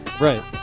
Right